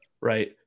Right